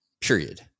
period